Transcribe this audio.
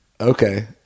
Okay